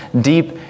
deep